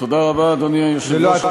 אדוני היושב-ראש,